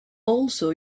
also